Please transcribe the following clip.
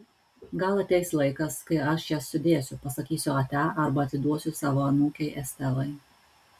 gal ateis laikas kai aš jas sudėsiu pasakysiu ate arba atiduosiu savo anūkei estelai